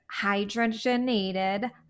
hydrogenated